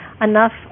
enough